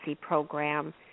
program